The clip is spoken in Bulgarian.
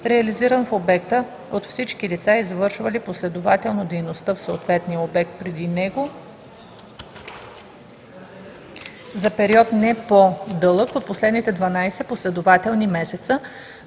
реализиран в обекта от всички лица, извършвали последователно дейността в съответния обект преди него, за период, не по-дълъг от последните 12 последователни месеца,